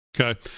Okay